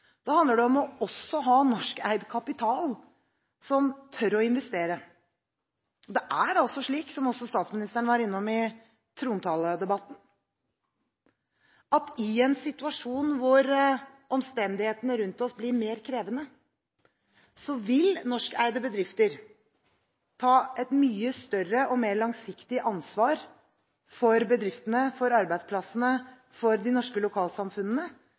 handler også om å ha norskeid kapital som tør å investere. Som også statsministeren var innom i trontaledebatten: I en situasjon hvor omstendighetene rundt oss blir mer krevende, vil norskeide bedrifter ta et mye større og mer langsiktig ansvar for bedriftene, for arbeidsplassene og for de norske lokalsamfunnene